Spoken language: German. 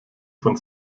von